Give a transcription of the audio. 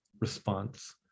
response